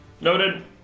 Noted